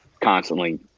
constantly